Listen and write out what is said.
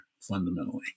fundamentally